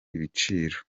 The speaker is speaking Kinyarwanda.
ibiciro